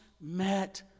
met